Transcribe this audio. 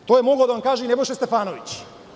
To je mogao da vam kaže i Nebojša Stefanović.